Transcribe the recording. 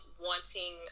wanting